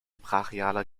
brachialer